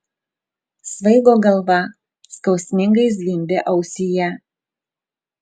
svaigo galva skausmingai zvimbė ausyje